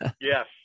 Yes